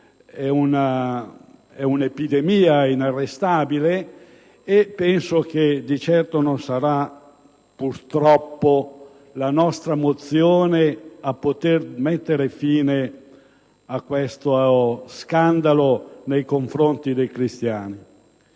È un'epidemia inarrestabile e non sarà, purtroppo, la nostra mozione a mettere fine a questo scandalo nei confronti dei cristiani.